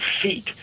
feet